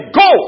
go